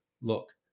look